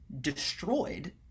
destroyed